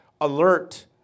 alert